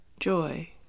joy